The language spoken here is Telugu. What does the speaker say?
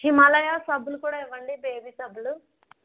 హిమాలయ సబ్బులు కూడా ఇవ్వండి బేబీ సబ్బులు